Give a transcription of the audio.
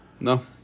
No